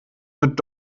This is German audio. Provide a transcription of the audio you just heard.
mit